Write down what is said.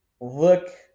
look